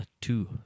two